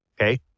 Okay